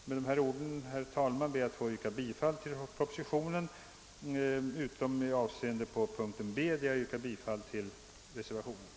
Med dessa ord, herr talman, ber jag att få yrka bifall till utskottets hemställan utom i avseende på mom. B, där jag yrkar bifall till reservationen II.